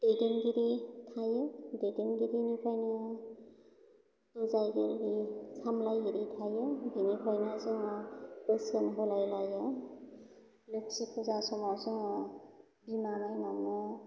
दैदेनगिरि थायो दैदेनगिरिनिफ्रायनो बुजायगिरि सामलायगिरि थायो बेनिफ्रायनो जोङो बोसोन होलायलायो लोक्षि फुजा समाव जोङो बिमा माइनावनो